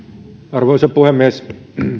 arvoisa puhemies ehkä